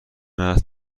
است